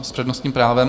S přednostním právem?